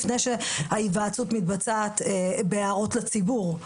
לפני שההיוועצות מתבצעת בהערות לציבור.